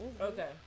Okay